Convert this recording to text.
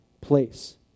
place